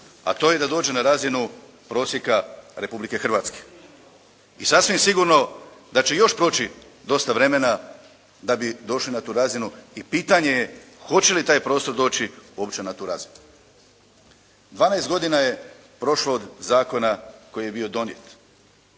a to je da dođe na razinu prosjeka Republike Hrvatske. I sasvim sigurno da će još proći dosta vremena da bi došli na tu razinu i pitanje je hoće li taj prostor doći uopće na tu razinu. 12 godina je prošlo od zakona koji je bio donijet.